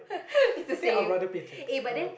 it's the same eh but then